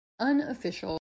unofficial